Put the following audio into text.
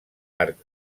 arc